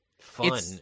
fun